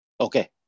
Okay